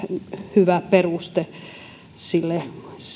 hyvä peruste sille